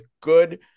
good